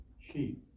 sheep